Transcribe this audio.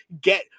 get